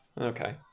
okay